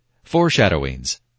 Foreshadowings